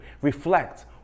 Reflect